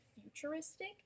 futuristic